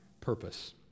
purpose